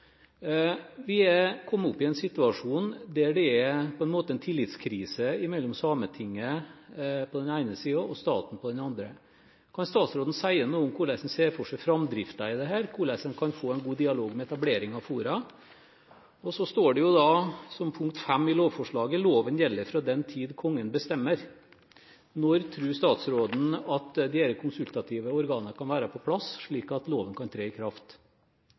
Vi er kommet opp i en situasjon der det på en måte er en tillitskrise mellom Sametinget på den ene siden og staten på den andre. Kan statsråden si noe om hvordan en ser for seg framdriften i dette, hvordan en kan få en god dialog med etablering av fora? Så står det, som punkt fem i lovforslaget: «Loven gjelder fra den tid Kongen bestemmer.» Når tror statsråden at disse konsultative organene kan være på plass, slik at loven kan tre i kraft?